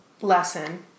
Lesson